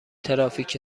ترافیک